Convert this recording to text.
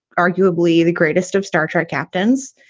arguably the greatest of star trek captains.